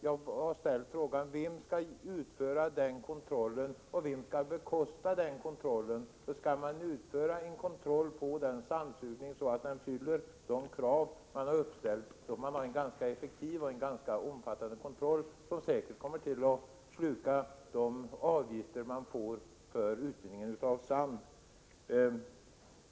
Jag har ställt frågan: Vem skall utföra denna kontroll, och vem skall bekosta den? Skall man kontrollera att sandsugningen uppfyller de krav som ställts behövs en ganska effektiv och omfattande kontroll, som då kommer att sluka de pengar man får in genom utvinning av sand.